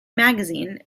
magazine